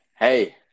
Hey